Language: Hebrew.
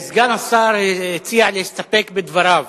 השר הציע להסתפק בדבריו.